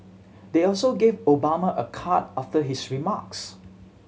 they also gave Obama a card after his remarks